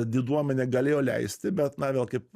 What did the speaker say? diduomenė galėjo leisti bet na vėl kaip